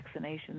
vaccinations